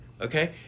okay